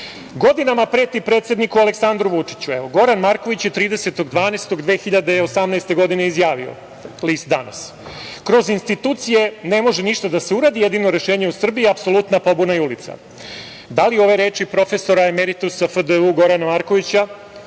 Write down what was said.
godinama preti predsedniku Aleksandru Vučiću. Goran Marković je 30. decembra 2018. godine izjavio za list „Danas“ – kroz institucije ne može ništa da se uradi, jedino rešenje u Srbiji je apsolutna pobuda i ulica. Da li ove reči profesora emeritusa FDU Gorana Markovića